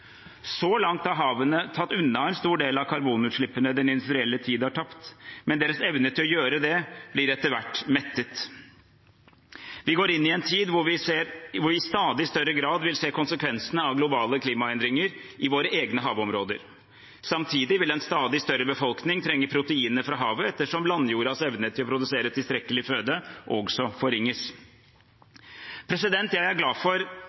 Så langt har havene tatt unna en stor del av karbonutslippene den industrielle tid har tapt, men deres evne til å gjøre det blir etter hvert mettet. Vi går inn i en tid da vi i stadig større grad vil se konsekvensene av globale klimaendringer i våre egne havområder. Samtidig vil en stadig større befolkning trenge proteinene fra havet ettersom landjordas evne til å produsere tilstrekkelig føde også forringes. Jeg er glad for